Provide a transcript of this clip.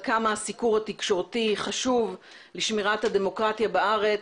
כמה הסיקור התקשורתי חשוב לשמירת הדמוקרטיה בארץ.